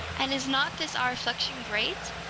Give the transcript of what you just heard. and is not this, our affliction, great?